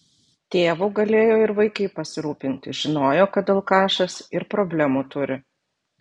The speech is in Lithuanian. tėvu galėjo ir vaikai pasirūpinti žinojo kad alkašas ir problemų turi